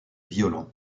violent